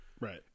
Right